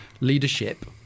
leadership